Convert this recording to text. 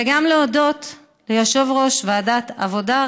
וגם להודות ליושב-ראש ועדת העבודה,